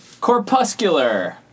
Corpuscular